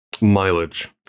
Mileage